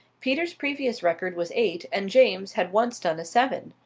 peter's previous record was eight, and james had once done a seven.